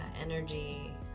energy